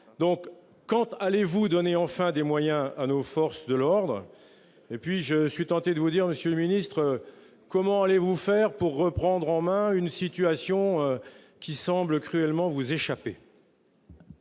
... Quand allez-vous donner enfin des moyens à nos forces de l'ordre ? Je suis même tenté de vous demander : comment allez-vous faire pour reprendre en main une situation qui semble cruellement vous échapper ?